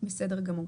בסדר גמור.